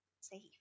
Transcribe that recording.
safe